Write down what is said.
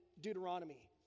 Deuteronomy